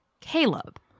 Caleb